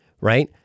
right